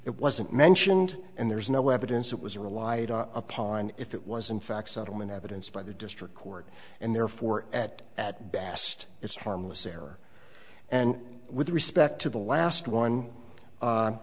it wasn't mentioned and there is no evidence it was relied upon if it was in fact settlement evidence by the district court and therefore at at best it's harmless error and with respect to the last one